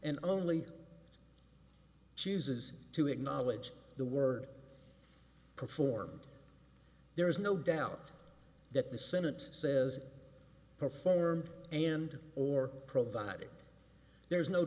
and only chooses to acknowledge the word performed there is no doubt that the senate says performed and or provided there is no